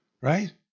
Right